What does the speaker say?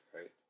right